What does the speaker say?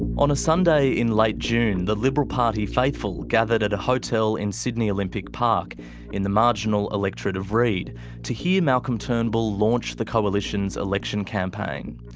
sunday in late june, the liberal party faithful gathered at a hotel in sydney olympic park in the marginal electorate of reid to hear malcolm turnbull launch the coalition's election campaign.